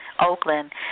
Oakland